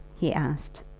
he asked.